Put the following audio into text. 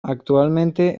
actualmente